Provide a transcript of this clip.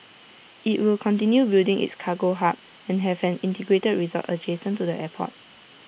IT will continue building its cargo hub and have an integrated resort adjacent to the airport